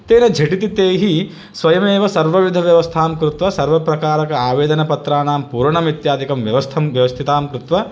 तेन झटिति तैः स्वयमेव सर्वविधव्यवस्थां कृत्वा सर्वप्रकारक आवेदनापत्राणां पूर्णमित्यादिकं व्यवस्थां व्यवस्थितां कृत्वा